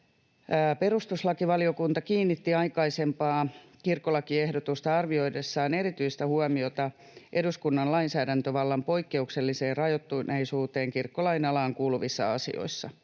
Perustuslakivaliokunta kiinnitti aikaisempaa kirkkolakiehdotusta arvioidessaan erityistä huomiota eduskunnan lainsäädäntövallan poikkeukselliseen rajoittuneisuuteen kirkkolain alaan kuuluvissa asioissa.